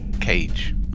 cage